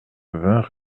vingt